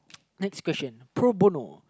next question